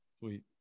Sweet